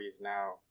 now